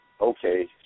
okay